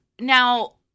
Now